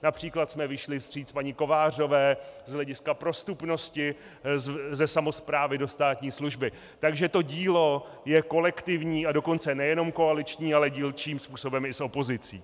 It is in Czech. Například jsme vyšli vstříc paní Kovářové z hlediska prostupnosti ze samosprávy do státní služby, takže to dílo je kolektivní, a dokonce nejenom koaliční, ale dílčím způsobem i s opozicí.